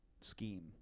scheme